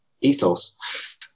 ethos